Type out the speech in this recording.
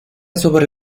sobre